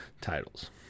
titles